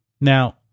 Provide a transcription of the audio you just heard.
Now